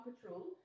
Patrol